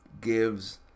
gives